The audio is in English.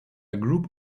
group